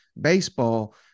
baseball